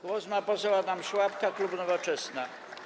Głos ma poseł Adam Szłapka, klub Nowoczesna.